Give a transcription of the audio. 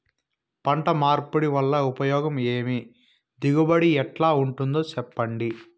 పంట మార్పిడి వల్ల ఉపయోగం ఏమి దిగుబడి ఎట్లా ఉంటుందో చెప్పండి?